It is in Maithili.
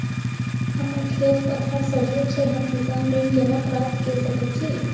हमर खेत पथार सझिया छै हम किसान ऋण केना प्राप्त के सकै छी?